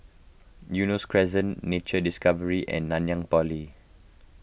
Eunos Crescent Nature Discovery and Nanyang Poly